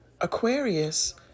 Aquarius